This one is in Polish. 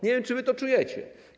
Nie wiem, czy wy to czujecie.